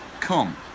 come